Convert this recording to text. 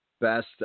best